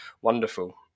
Wonderful